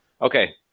Okay